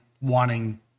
wanting